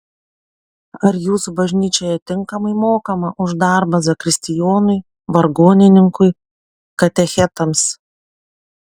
ar jūsų bažnyčioje tinkamai mokama už darbą zakristijonui vargonininkui katechetams